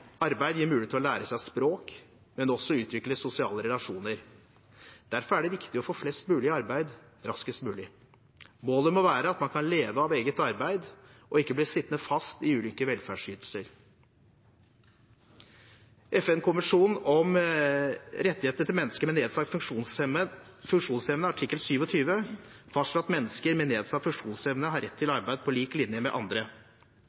Arbeid gir mulighet til å lære seg språk, men også til å utvikle sosiale relasjoner. Derfor er det viktig å få flest mulig i arbeid raskest mulig. Målet må være at man kan leve av eget arbeid og ikke bli sittende fast i ulike velferdsytelser. FN-konvensjonen om rettigheter til mennesker med nedsatt funksjonsevne artikkel 27 fastslår at mennesker med nedsatt funksjonsevne har rett til arbeid på lik linje med andre.